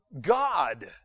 God